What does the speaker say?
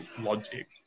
logic